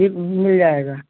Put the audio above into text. ठीक मिल जाएगा